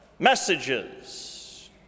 messages